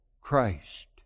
Christ